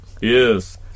Yes